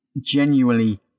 genuinely